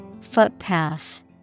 Footpath